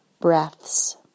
breaths